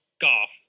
golf